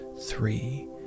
three